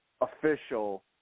official